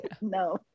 No